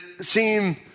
seem